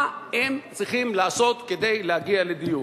מה הם צריכים לעשות כדי להגיע לדיור?